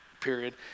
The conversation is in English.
period